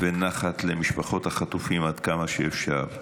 אני קובע כי הצעת חוק זכויות נפגעי עבירה